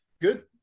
good